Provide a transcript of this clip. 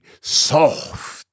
soft